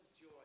joy